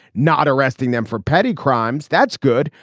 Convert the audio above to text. not arresting them for petty crimes. that's good.